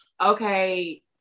okay